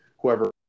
whoever